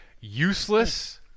Useless